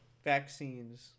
vaccines